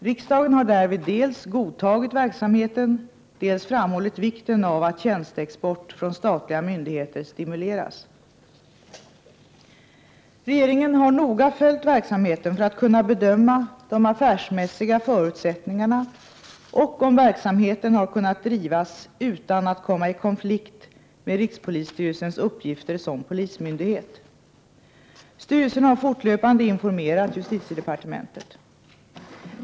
Riksdagen har därvid dels godtagit verksamheten, dels framhållit vikten av att tjänsteexport från statliga myndigheter stimuleras. Regeringen har noga följt verksamheten för att kunna bedöma de affärsmässiga förutsättningarna och om verksamheten har kunnat drivas utan att komma i konflikt med rikspolisstyrelsens uppgifter som polismyndighet. Styrelsen har fortlöpande informerat justitiedepartementet.